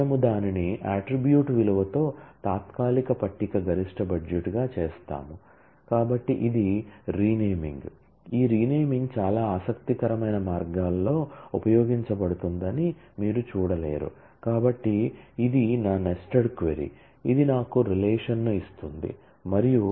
మనము దానిని అట్ట్రిబ్యూట్ విలువతో తాత్కాలిక పట్టిక గరిష్ట బడ్జెట్గా చేస్తాము